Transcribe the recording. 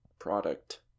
product